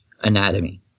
anatomy